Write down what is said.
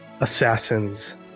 assassins